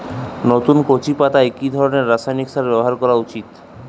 নতুন কচি পাতায় কি ধরণের রাসায়নিক সার ব্যবহার করা উচিৎ?